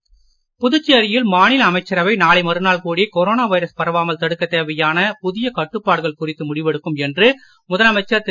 நாராயணசாமி புதுச்சேரியில் மாநில அமைச்சரவை நாளை மறுநாள் கூடி கொரோனா வைரஸ் பரவாமல் தடுக்க தேவையான புதிய கட்டுப்பாடுகள் குறித்து முடிவெடுக்கும் என்று முதலமைச்சர் திரு